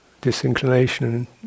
disinclination